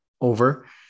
Over